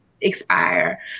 expire